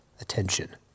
attention